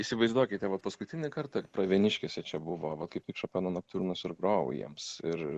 įsivaizduokite va paskutinį kartą pravieniškėse čia buvo va kaip tik šopeno noktiurnus ir grojau jiems ir